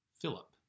Philip